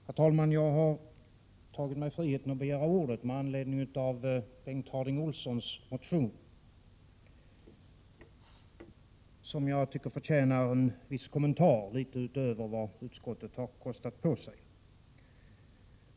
Herr talman! Jag har tagit mig friheten att begära ordet med anledning av Bengt Harding Olsons motion, som jag tycker förtjänar en kommentar litet utöver vad utskottet har kostat på sig.